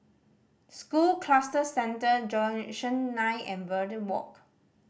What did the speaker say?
School Cluster Centre nine and Verde Walk